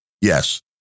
Yes